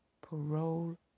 parole